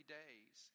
days